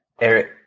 Eric